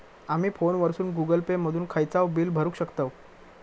आमी फोनवरसून Google Pay मधून खयचाव बिल भरुक शकतव